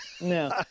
No